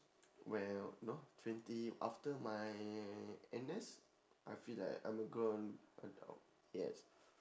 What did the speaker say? well y~ know twenty after my N_S I feel like I'm a grown adult yes